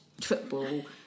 football